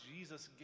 Jesus